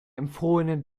empfohlene